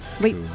Wait